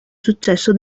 successo